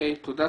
תודה.